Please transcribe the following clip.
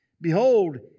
Behold